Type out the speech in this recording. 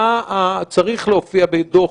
מה צריך להופיע בדוח,